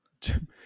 Jim